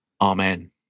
Amen